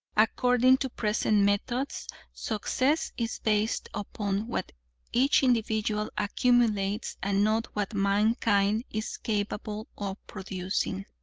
according to present methods success is based upon what each individual accumulates and not what mankind is capable of producing.